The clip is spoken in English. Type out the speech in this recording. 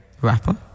Rapper